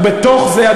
ובתוך זה,